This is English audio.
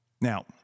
Now